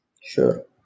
Sure